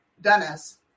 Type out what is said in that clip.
Dennis